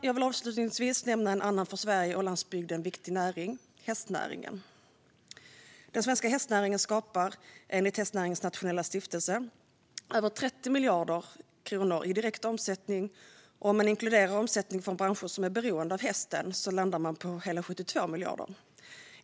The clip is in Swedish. Jag vill avslutningsvis nämna en annan för Sverige och landsbygden viktig näring, nämligen hästnäringen. Den svenska hästnäringen skapar enligt Hästnäringens Nationella Stiftelse över 30 miljarder kronor i direkt omsättning, och om man inkluderar omsättning från branscher som är beroende av hästen landar man på hela 72 miljarder.